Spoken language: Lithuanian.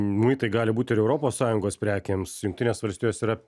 muitai gali būt ir europos sąjungos prekėms jungtinės valstijos yra